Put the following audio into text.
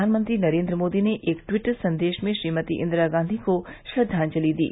प्रधानमंत्री नरेंद्र मोदी ने एक ट्वीट संदेश में श्रीमती इंदिरा गांधी को श्रद्वांजलि दी